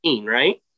right